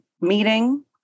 meeting